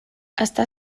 està